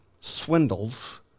swindles